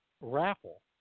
raffle